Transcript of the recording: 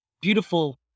beautiful